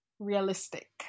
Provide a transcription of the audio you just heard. realistic